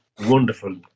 wonderful